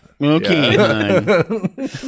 Okay